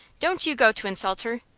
don't you go to insult her!